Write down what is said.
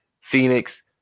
Phoenix